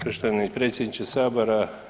Poštovani predsjedniče Sabora.